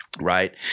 Right